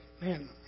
man